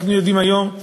אנחנו יודעים שהיום,